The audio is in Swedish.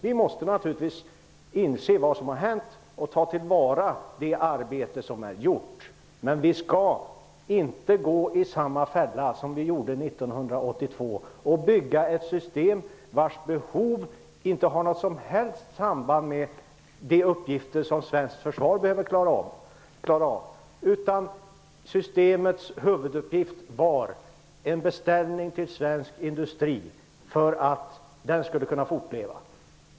Vi måste naturligtvis inse vad som har hänt och ta till vara det arbete som är gjort. men vi skall inte gå i samma fälla som vi gjorde 1982 och bygga ett system som inte har något samband med de uppgifter som svenskt försvar behöver klara av. Systemets huvuduppgift var en beställning till svensk industri för att den skulle kunna fortleva.